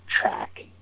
track